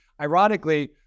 Ironically